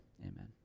amen